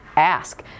ask